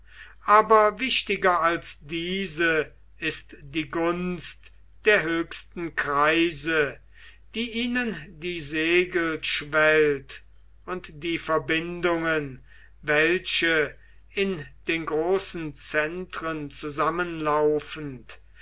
aber wichtiger als diese ist die gunst der höchsten kreise die ihnen die segel schwellt und die verbindungen welche in den großen zentren